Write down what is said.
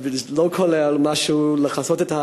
לא כולל משהו לכסות את האוזניים,